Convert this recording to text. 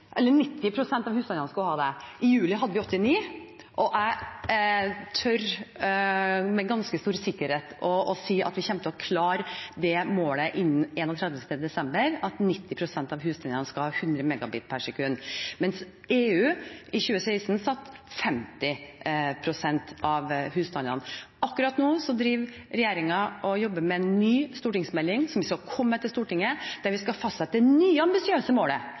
I juli hadde vi 89 pst., og jeg tør med ganske stor sikkerhet si at vi kommer til å klare det målet innen 31. desember – at 90 pst. av husstandene skal ha 100 Mbit/s. EU satte i 2016 50 pst. av husstandene som mål. Akkurat nå driver regjeringen og jobber med en ny stortingsmelding som vi skal komme til Stortinget med, der vi skal fastsette det nye ambisiøse målet